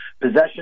possession